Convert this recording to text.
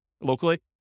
locally